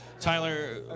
Tyler